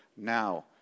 Now